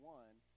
one